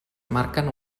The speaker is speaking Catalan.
marquen